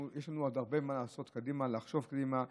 יש לנו עוד הרבה מה לעשות קדימה, לחשוב קדימה.